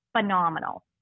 phenomenal